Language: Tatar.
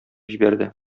җибәрде